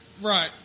Right